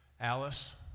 Alice